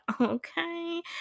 okay